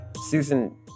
Susan